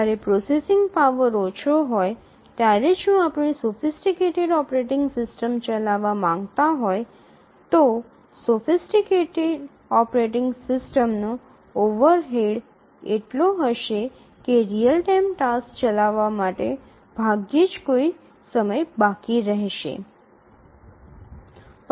જ્યારે processing power ઓછો હોય ત્યારે જો આપણે સોફિસટીકટેડ ઓપરેટિંગ સિસ્ટમ ચલાવવા માંગતા હોય તો ઓપરેટિંગ સિસ્ટમનો ઓવરહેડ એટલો હશે કે રીઅલ ટાઇમ ટાસક્સ ચલાવવા માટે ભાગ્યે જ કોઈ સમય બાકી રહેશે